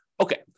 Okay